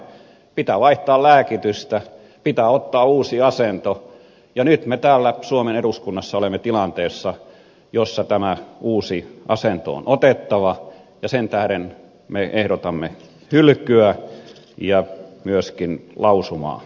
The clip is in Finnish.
pitää vaihtaa lääkitystä pitää ottaa uusi asento ja nyt me täällä suomen eduskunnassa olemme tilanteessa jossa tämä uusi asento on otettava ja sen tähden me ehdotamme hylkyä ja myöskin lausumaa